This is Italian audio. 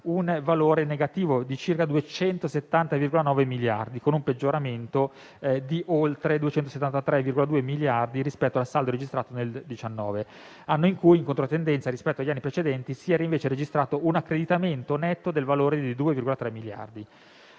un valore negativo di circa 270,9 miliardi, con un peggioramento di oltre 273,2 miliardi rispetto al saldo registrato nel 2019; anno in cui, in controtendenza rispetto agli anni precedenti, si era invece registrato un accreditamento netto del valore di 2,3 miliardi.